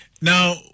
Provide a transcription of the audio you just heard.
Now